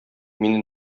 мине